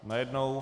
Najednou.